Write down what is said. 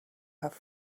have